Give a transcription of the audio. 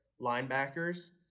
linebackers